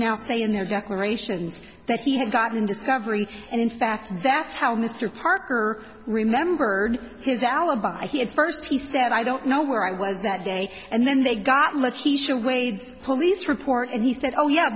now say in their declarations that he had gotten discovery and in fact that's how mr parker remembered his alibi he had first he said i don't know where i was that day and then they got lucky sure wades police report and he said oh yeah